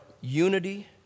unity